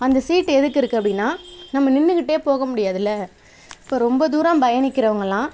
அந்த சீட்டு எதுக்கு இருக்குது அப்படின்னா நம்ம நின்றுக்கிட்டே போக முடியாதில்ல இப்போ ரொம்ப தூரம் பயணிக்கிறவர்கள்லாம்